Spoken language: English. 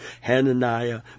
Hananiah